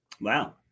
Wow